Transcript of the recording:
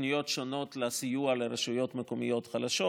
תוכניות שונות לסיוע לרשויות מקומיות חלשות,